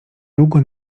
długo